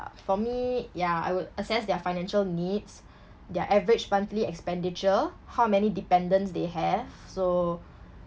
for me ya I would assess their financial needs their average monthly expenditure how many dependents they have so